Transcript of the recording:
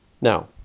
Now